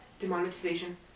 Demonetization